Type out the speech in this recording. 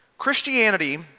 Christianity